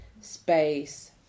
space